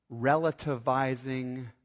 relativizing